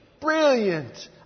Brilliant